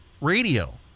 radio